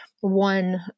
one